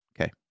Okay